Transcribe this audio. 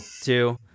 Two